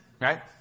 Right